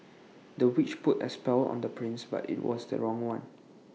the witch put A spell on the prince but IT was the wrong one